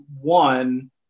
One